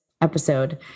episode